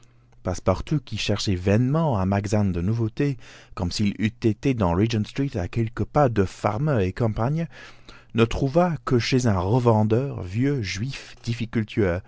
passepartout qui cherchait vainement un magasin de nouveautés comme s'il eût été dans regent street à quelques pas de farmer et co ne trouva que chez un revendeur vieux juif